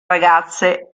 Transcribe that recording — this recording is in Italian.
ragazze